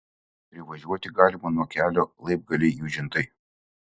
privažiuoti galima nuo kelio laibgaliai jūžintai